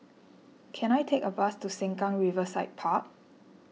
can I take a bus to Sengkang Riverside Park